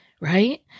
right